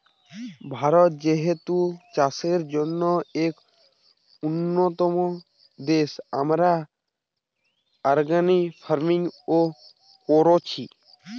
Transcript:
ভারত যেহেতু চাষের জন্যে এক উন্নতম দেশ, আমরা অর্গানিক ফার্মিং ও কোরছি